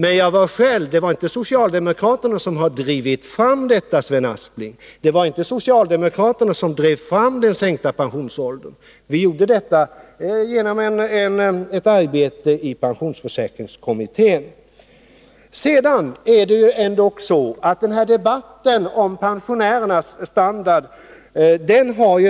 Men det är inte socialdemokraterna som drivit fram detta, Sven Aspling, och inte heller den sänkta pensionsåldern. Pensionstillskotten kom till genom arbetet i pensionsförsäkringskommittén. Debatten om pensionärernas standard